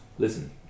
Listen